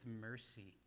mercy